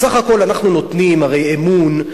בסך הכול אנחנו נותנים הרי אמון,